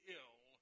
ill